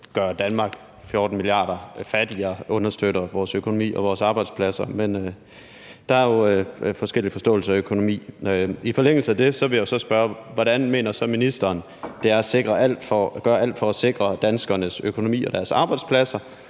gøre Danmark 14 mia. kr. fattigere understøtter vores økonomi og vores arbejdspladser. Men der er jo forskellige forståelser af økonomi. Men i forlængelse af det vil jeg jo så spørge: Hvordan mener ministeren så at det er at gøre alt for at sikre danskernes økonomi og deres arbejdspladser